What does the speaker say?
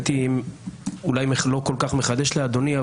הייתי אולי לא כל כך מחדש לאדוני,